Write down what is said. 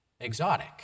exotic